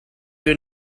your